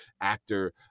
actor